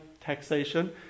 taxation